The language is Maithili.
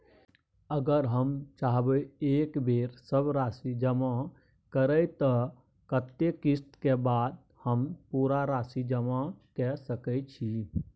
अगर हम चाहबे एक बेर सब राशि जमा करे त कत्ते किस्त के बाद हम पूरा राशि जमा के सके छि?